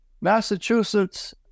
Massachusetts